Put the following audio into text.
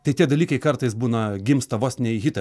tai tie dalykai kartais būna gimsta vos ne į hitą